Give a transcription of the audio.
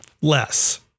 less